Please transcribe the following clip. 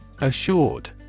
Assured